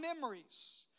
memories